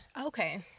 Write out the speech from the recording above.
Okay